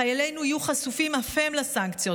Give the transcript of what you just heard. חיילינו יהיו חשופים אף הם לסנקציות,